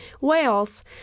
Wales